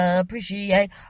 appreciate